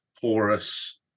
porous